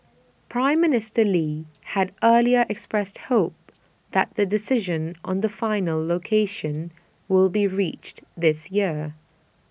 Prime Minister lee had earlier expressed hope that the decision on the final location will be reached this year